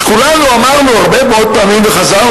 אז כולנו אמרנו הרבה מאוד פעמים וחזרנו